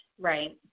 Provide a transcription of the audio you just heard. Right